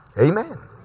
Amen